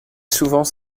souvent